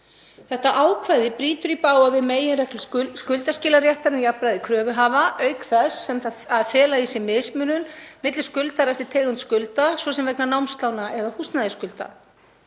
Þetta ákvæði brýtur í bága við meginreglur skuldaskilaréttar um jafnræði kröfuhafa, auk þess að fela í sér mismunun milli skuldara eftir tegund skulda, svo sem vegna námslána eða húsnæðisskulda.